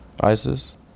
Isis